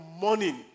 morning